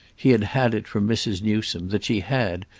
he had had it from mrs. newsome that she had,